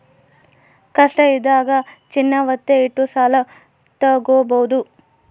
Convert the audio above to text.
ಕಷ್ಟ ಇದ್ದಾಗ ಚಿನ್ನ ವತ್ತೆ ಇಟ್ಟು ಸಾಲ ತಾಗೊಬೋದು